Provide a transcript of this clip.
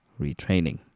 retraining